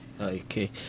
Okay